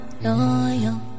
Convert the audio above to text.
loyal